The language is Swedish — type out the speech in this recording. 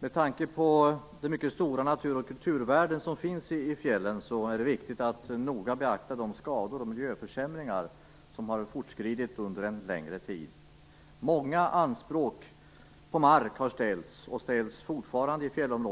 Med tanke på de mycket stora natur och kulturvärden som finns i fjällen är det viktigt att noga beakta de skador och miljöförsämringar som har fortskridit under en längre tid. Många anspråk på mark har ställts, och ställs fortfarande, i fjällområdet.